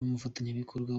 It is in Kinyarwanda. n’umufatanyabikorwa